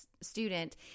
student